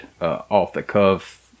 off-the-cuff